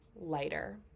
lighter